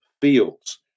fields